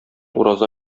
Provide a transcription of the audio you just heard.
ураза